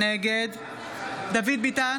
נגד דוד ביטן,